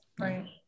Right